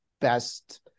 best